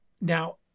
Now